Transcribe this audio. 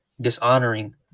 dishonoring